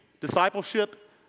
discipleship